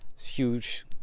huge